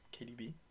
KDB